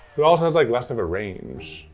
it also has like less of a range.